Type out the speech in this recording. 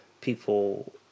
people